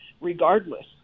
regardless